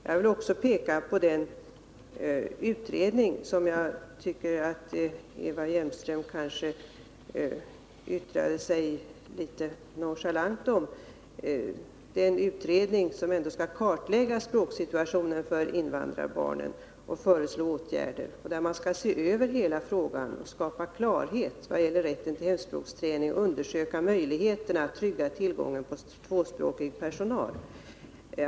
Jag vill även peka på den utredning som jag tycker att Eva Hjelmström kanske yttrade sig litet nonchalant om — den utredning som ändå skall kartlägga språksituationen för invandrarbarnen, föreslå åtgärder, se över hela frågan och skapa klarhet vad gäller rätten till hemspråksträning samt undersöka möjligheterna att trygga tillgången på tvåspråkig personal.